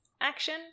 action